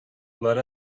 let